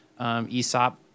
ESOP